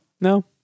No